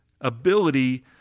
ability